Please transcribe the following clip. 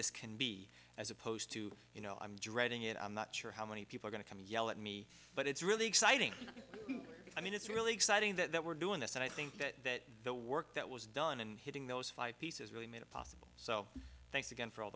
this can be as opposed to you know i'm dreading it i'm not sure how many people going to come yell at me but it's really exciting i mean it's really exciting that we're doing this and i think that the work that was done and hitting those five pieces really made it possible so thanks again for all